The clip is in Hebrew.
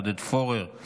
עודד פורר,